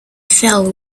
fell